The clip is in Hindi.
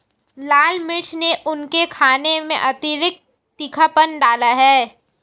लाल मिर्च ने उनके खाने में अतिरिक्त तीखापन डाला है